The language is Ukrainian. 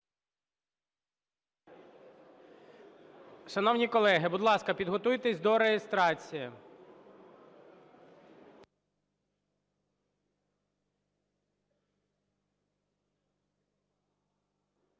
Шановні колеги, будь ласка, підготуйтеся до реєстрації. (Шум